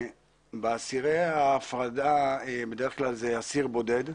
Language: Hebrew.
באגף אסירי ההפרדה, בדרך כלל זה אסיר בודד.